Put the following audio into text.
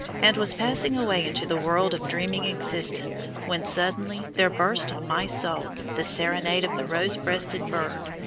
and was passing away into the world of dreaming existence, when suddenly there burst on my soul the serenade of the rosebreasted bird,